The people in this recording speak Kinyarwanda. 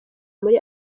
muri